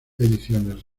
ediciones